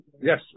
Yes